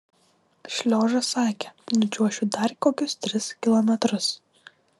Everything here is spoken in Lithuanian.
šliožas sakė nučiuošiu dar kokius tris kilometrus